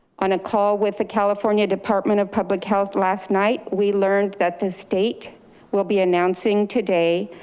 on a call with the california department of public health last night, we learned that the state will be announcing today,